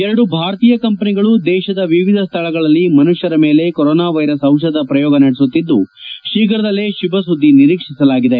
ಎರಡು ಭಾರತೀಯ ಕಂಪನಿಗಳು ದೇಶದ ವಿವಿಧ ಸ್ಥಳಗಳಲ್ಲಿ ಮನುಷ್ಠರ ಮೇಲೆ ಕೊರೊನಾವೈರಸ್ ಔಷಧದ ಪ್ರಯೋಗ ನಡೆಸುತ್ತಿದ್ದು ಶೀಘ್ರದಲ್ಲೇ ಶುಭ ಸುದ್ದಿ ನಿರೀಕ್ಷಿಸಲಾಗಿದೆ